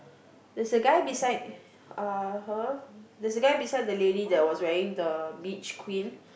there's a guy beside uh her there's a guy beside the lady that was wearing the beach queen